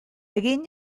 egin